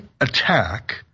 attack